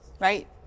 Right